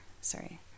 sorry